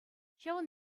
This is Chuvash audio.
ҫавӑн